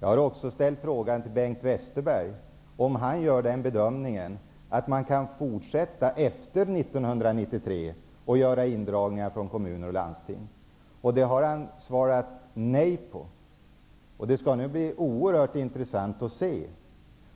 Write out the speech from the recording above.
Jag har också ställt frågan till Bengt Westerberg, om han gör bedömingen att man kan fortsätta efter 1993 med indragningar från kommuner och landsting. Det har han svarat nej på. Det skall nu bli oerhört intressant att se